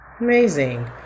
Amazing